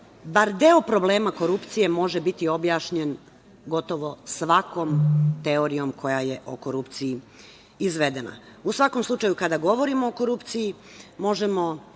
bar deo problema korupcije može biti objašnjen gotovo svakom teorijom koja je o korupciji izvedena.U svakom slučaju, kada govorimo o korupciji možemo